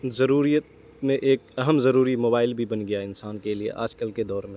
ضروریات میں ایک اہم ضروری موبائل بھی بن گیا ہے انسان کے لیے آج کل کے دور میں